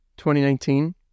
2019